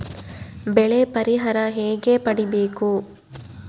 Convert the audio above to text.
ಬೆಳೆ ಪರಿಹಾರ ಹೇಗೆ ಪಡಿಬೇಕು?